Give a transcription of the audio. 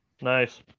Nice